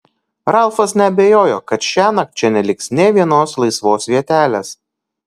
ralfas neabejojo kad šiąnakt čia neliks nė vienos laisvos vietelės